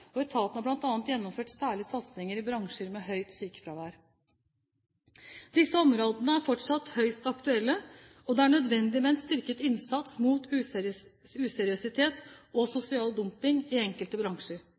og etaten har bl.a. gjennomført særlige satsinger i bransjer med høyt sykefravær. Disse områdene er fortsatt høyst aktuelle, og det er nødvendig med en styrket innsats mot useriøsitet og sosial dumping i enkelte bransjer.